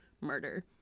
murder